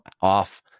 off